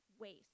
waste